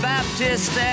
Baptist